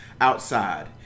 outside